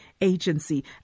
agency